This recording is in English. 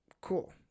Cool